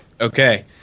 Okay